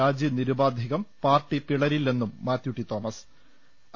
രാജി നിരുപാ ധികം പാർട്ടി പിളരില്ലെന്നും മാത്യു ടി തോമസ് ു